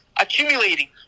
accumulating